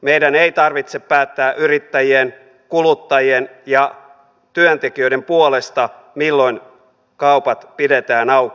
meidän ei tarvitse päättää yrittäjien kuluttajien ja työntekijöiden puolesta milloin kaupat pidetään auki